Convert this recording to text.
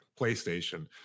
PlayStation